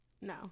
No